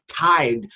tied